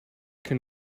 can